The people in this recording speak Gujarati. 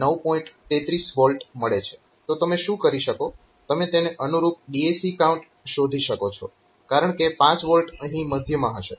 તો તમે શું કરી શકો તમે તેને અનુરૂપ DAC કાઉન્ટ શોધી શકો છો કારણકે 5 V અહીં મધ્યમાં હશે